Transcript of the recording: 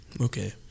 Okay